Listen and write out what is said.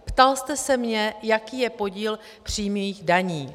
Ptal jste se mě, jaký je podíl přímých daní.